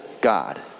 God